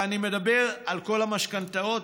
ואני מדבר על כל המשכנתאות,